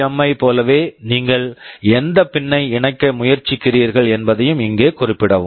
M PWM ஐப் போலவே நீங்கள் எந்த பின் pin ஐ இணைக்க முயற்சிக்கிறீர்கள் என்பதையும் இங்கே குறிப்பிடவும்